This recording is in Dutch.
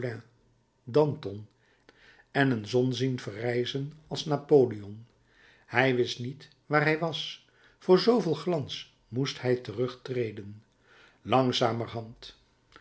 danton en een zon zien verrijzen als napoleon hij wist niet waar hij was voor zooveel glans moest hij terugtreden langzamerhand